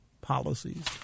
policies